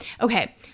Okay